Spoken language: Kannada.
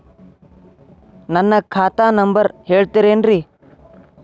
ನನ್ನ ಖಾತಾ ನಂಬರ್ ಹೇಳ್ತಿರೇನ್ರಿ?